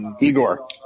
Igor